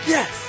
Yes